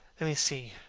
let me see.